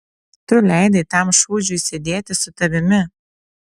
tu leidai tam šūdžiui sėdėti su tavimi